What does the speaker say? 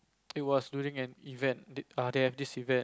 it was during an event they have this event